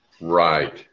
Right